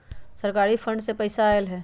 सरकारी फंड से पईसा आयल ह?